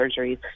surgeries